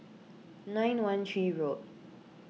nine one three road